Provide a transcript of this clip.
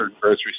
grocery